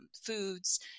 foods